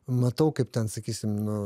matau kaip ten sakysim nu